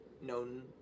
known